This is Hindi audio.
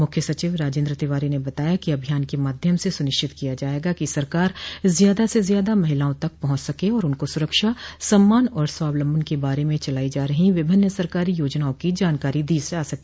मुख्य सचिव राजेन्द्र तिवारी ने बताया कि अभियान के माध्यम से सुनिश्चित किया जायेगा कि सरकार ज्यादा से ज्यादा महिलाओं तक पहुंच सके और उनको सुरक्षा सम्मान और स्वावलंबन के बारे में चलाई जा रहीं विभिन्न सरकारी योजनाओं की जानकारी दी जा सके